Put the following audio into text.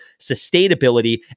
sustainability